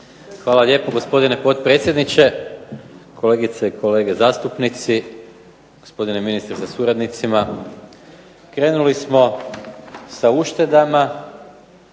Hvala lijepo gospodine potpredsjedniče, kolegice i kolege zastupnici, gospodine ministre sa suradnicima. Krenuli smo sa uštedama